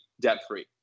debt-free